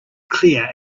clear